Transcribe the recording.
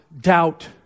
doubt